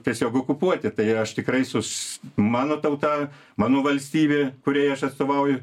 tiesiog okupuoti tai aš tikrai sus mano tauta mano valstybė kuriai aš atstovauju